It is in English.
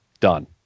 done